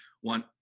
one